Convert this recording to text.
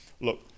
look